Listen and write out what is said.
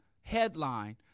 headline